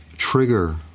trigger